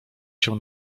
się